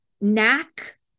knack